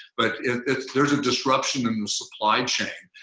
but if there's a disruption in the supply chain,